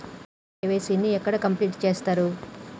నా కే.వై.సీ ని ఎక్కడ కంప్లీట్ చేస్తరు?